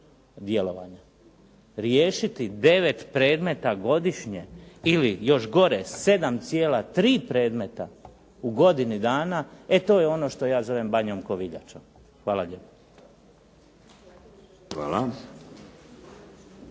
Riješiti 9 predmeta godišnje, ili još gore 7,3 predmeta u godini dana, e to je ono što ja zovem banjom …/Govornik